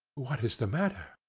what is the matter?